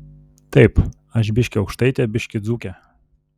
taip aš biškį aukštaitė biškį dzūkė